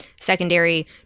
secondary